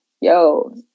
yo